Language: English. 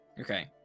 Okay